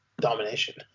Domination